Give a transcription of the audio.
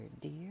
dear